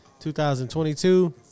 2022